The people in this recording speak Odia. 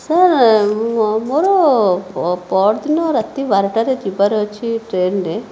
ସାର୍ ମୋର ପହରଦିନ ରାତି ବାରଟାରେ ଯିବାର ଅଛି ଟ୍ରେନ୍ରେ